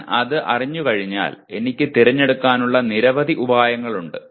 ഞാൻ അത് അറിഞ്ഞുകഴിഞ്ഞാൽ എനിക്ക് തിരഞ്ഞെടുക്കാനുള്ള നിരവധി ഉപായങ്ങൾ ഉണ്ട്